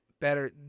Better